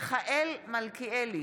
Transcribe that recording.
מיכאל מלכיאלי,